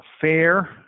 Fair